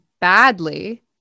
badly